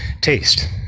Taste